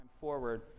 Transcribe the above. forward